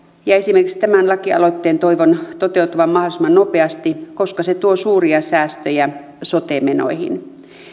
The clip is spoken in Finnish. ja esimerkiksi tämän lakialoitteen toivon toteutuvan mahdollisimman nopeasti koska se tuo suuria säästöjä sote menoihin